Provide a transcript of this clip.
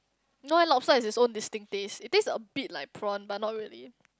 no eh lobster has its own distinct taste it taste a bit like prawn but not really